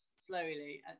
slowly